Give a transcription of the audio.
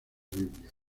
biblia